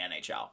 NHL